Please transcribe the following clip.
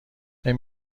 این